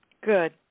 Good